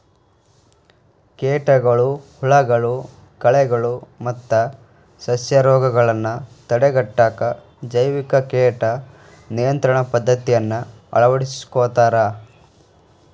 ಕೇಟಗಳು, ಹುಳಗಳು, ಕಳೆಗಳು ಮತ್ತ ಸಸ್ಯರೋಗಗಳನ್ನ ತಡೆಗಟ್ಟಾಕ ಜೈವಿಕ ಕೇಟ ನಿಯಂತ್ರಣ ಪದ್ದತಿಯನ್ನ ಅಳವಡಿಸ್ಕೊತಾರ